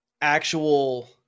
actual